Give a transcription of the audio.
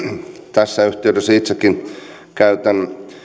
tässä yhteydessä itsekin käytän